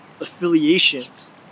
affiliations